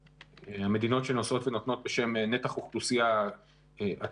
המדינות שנושאות ונותנות בשם נתח אוכלוסייה עצום.